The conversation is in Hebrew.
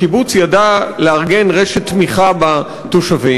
הקיבוץ ידע לארגן רשת תמיכה בתושבים,